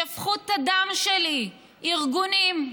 שפכו את הדם שלי, ארגונים,